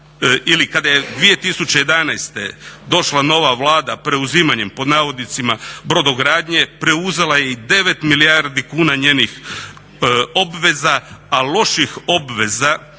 kada je 2011. došla nova Vlada preuzimanjem pod navodnicima brodogradnje preuzela je i 9 milijardi kuna njenih obveza, a loših obveza,